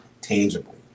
tangible